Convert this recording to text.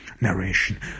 narration